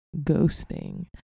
ghosting